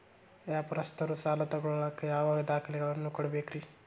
ವ್ಯಾಪಾರಸ್ಥರು ಸಾಲ ತಗೋಳಾಕ್ ಯಾವ ದಾಖಲೆಗಳನ್ನ ಕೊಡಬೇಕ್ರಿ?